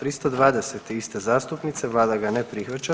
320. iste zastupnice, vlada ga ne prihvaća.